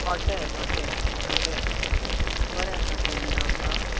hotel hotel hotel बरें आसा थंय रावपाक